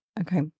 Okay